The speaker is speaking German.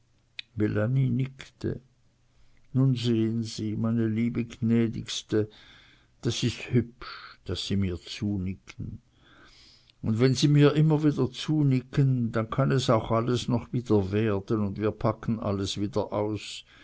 nu sehen sie meine liebe jnädigste das is hübsch daß sie mir zunicken un wenn sie mir immer wieder zunicken dann kann es auch alles noch wieder werden un wir packen alles wieder aus